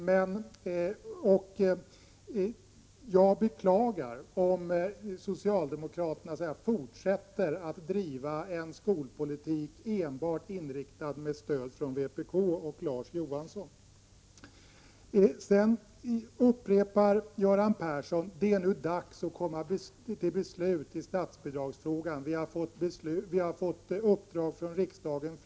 Det är beklagligt om socialdemokraterna fortsätter att driva en skolpolitik enbart med stöd från vpk och Larz Johansson. Göran Persson upprepar att det nu är dags att komma fram till beslut i statsbidragsfrågan och att regeringen flera gånger har fått detta i uppdrag av riksdagen.